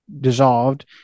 dissolved